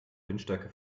windstärke